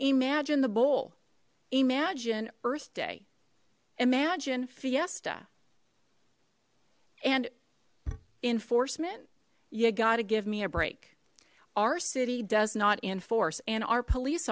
imagine the bowl imagine earth day imagine fiesta and enforcement you gotta give me a break our city does not enforce and our police